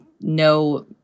no